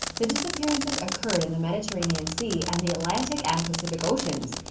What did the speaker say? the disappearances occurred in the mediterranean sea and the atlantic and pacific oceans.